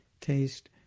taste